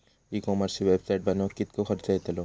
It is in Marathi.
ई कॉमर्सची वेबसाईट बनवक किततो खर्च येतलो?